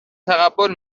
تقبل